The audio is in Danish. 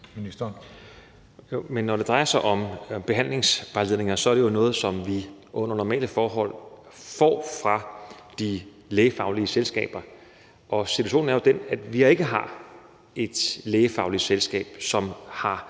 Men når det drejer sig om behandlingsvejledninger, er det jo noget, som vi under normale forhold får fra de lægefaglige selskaber. Og situationen er jo den, at vi ikke har et lægefagligt selskab, som har